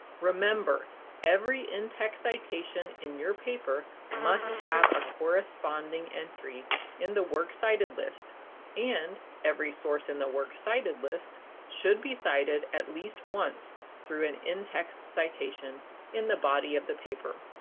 remember every in-text citation in your paper must have a corresponding entry in the works cited list and every source in the works cited list should be cited at least once through an in-text citation in the body of the paper.